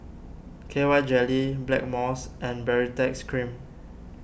K Y Jelly Blackmores and Baritex Cream